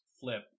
Flip